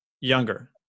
younger